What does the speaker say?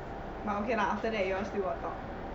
but okay lah after that you all still got talk